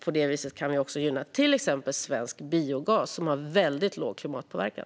På det viset kan vi också gynna till exempel svensk biogas, som har väldigt låg klimatpåverkan.